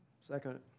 Second